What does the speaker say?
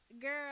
girl